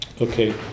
Okay